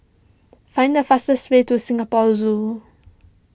find the fastest way to Singapore Zoo